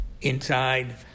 inside